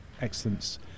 excellence